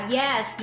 yes